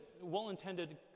well-intended